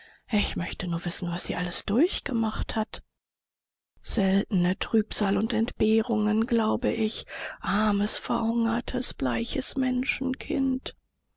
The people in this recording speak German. ich möchte nur wissen was sie alles durchgemacht hat seltene trübsal und entbehrungen glaube ich armes verhungertes bleiches